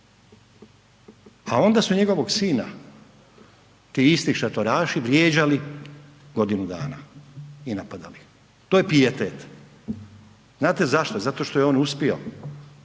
A onda su njegovog sina ti isti šatoraši vrijeđali godinu dana i napadali. To je pijetet. Znate zašto, zato što je on uspio,